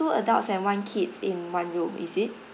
two adults and one kid in one room is it